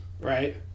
right